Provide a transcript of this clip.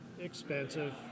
expensive